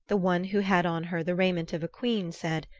the one who had on her the raiment of a queen said,